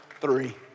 three